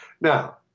Now